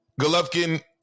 Golovkin